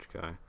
guy